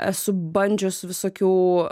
esu bandžius visokių